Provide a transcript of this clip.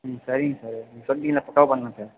ம் சரிங்க சார் நீங்கள் சொல்லிட்டிங்கள்லை பக்காவாக பண்ணலாம் சார்